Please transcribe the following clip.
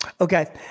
Okay